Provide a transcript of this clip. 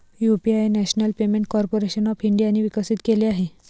UPI national payment corporation of इंडियाने विकसित केले आहे